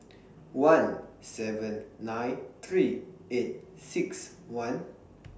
one seven nine three eight six one